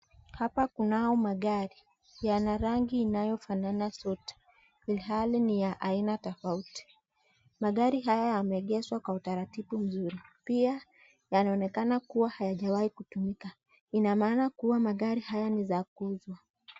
Hapa kunao magari . Yana rangi inayofanana zote ilhali ni ya aina tofauti . Magari haya yameegeshwa kwa utaratibu mzuri pia yanaonekana kuwa hayajawai kutumika . Ina maana kuwa magari haya ni za kuuzwa .